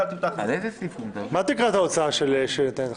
מה תקרת ההוצאה שהייתה לכם?